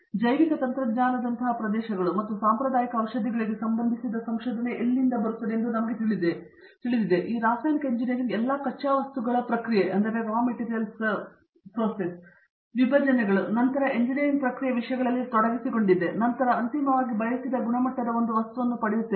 ಆದರೆ ಜೈವಿಕ ತಂತ್ರಜ್ಞಾನದಂತಹ ಪ್ರದೇಶಗಳು ಮತ್ತು ಸಾಂಪ್ರದಾಯಿಕ ಔಷಧಿಗಳಿಗೆ ಸಂಬಂಧಿಸಿದ ಸಂಶೋಧನೆ ಎಲ್ಲಿದೆ ಎಂದು ನಾವು ತಿಳಿಸುತ್ತೇವೆ ಈ ರಾಸಾಯನಿಕ ಎಂಜಿನಿಯರಿಂಗ್ ಎಲ್ಲಾ ಕಚ್ಚಾ ವಸ್ತುಗಳ ಪ್ರಕ್ರಿಯೆ ವಿಭಜನೆಗಳು ಮತ್ತು ನಂತರ ಎಂಜಿನಿಯರಿಂಗ್ ಪ್ರಕ್ರಿಯೆ ವಿಷಯಗಳಲ್ಲಿ ತೊಡಗಿಸಿಕೊಂಡಿದೆ ಮತ್ತು ನಂತರ ಅಂತಿಮವಾಗಿ ಬಯಸಿದ ಗುಣಮಟ್ಟದ ಒಂದು ವಸ್ತುವನ್ನು ಪಡೆಯುತ್ತದೆ